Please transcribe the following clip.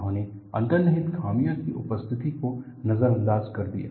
उन्होंने अंतर्निहित खामियों की उपस्थिति को नजरअंदाज कर दिया